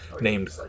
named